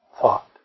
thought